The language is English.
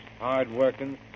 hard-working